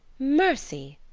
mercy!